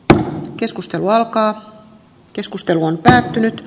tämä keskustelu alkaa keskustelu on päättynyt